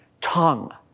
tongue